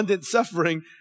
suffering